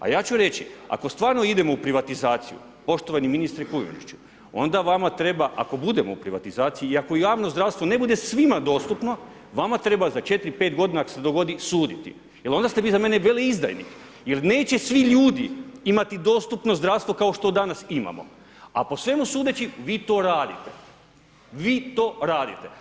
A ja ću reći, ako stvarno idemo u privatizaciju, poštovani ministre Kujundžiću, onda vama treba, ako budemo u privatizaciji i ako javno zdravstvo ne bude svima dostupno, vama treba za 4, 5 godina ako se dogodi suditi jer onda ste vi za mene veleizdajnik jer neće svi ljudi imati dostupno zdravstvo kao što danas imamo, a po svemu sudeći vi to radite, vi to radite.